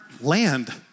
land